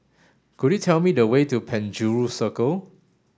could you tell me the way to Penjuru Circle